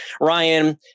Ryan